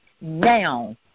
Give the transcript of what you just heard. now